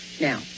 now